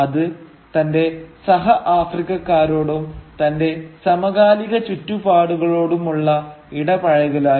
അത് തന്റെ സഹ ആഫ്രിക്കക്കാരോടും തന്റെ സമകാലിക ചുറ്റുപാടുകളോടും ഉള്ള ഇടപഴകലായിരുന്നു